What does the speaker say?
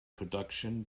production